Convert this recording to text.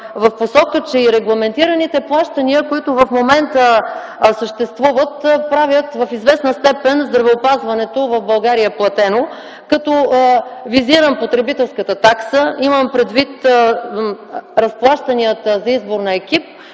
в посока на това, че и регламентираните плащания, които в момента съществуват, правят в известна степен здравеопазването в България платено, като визирам потребителската такса, имам предвид разплащанията за избор на екип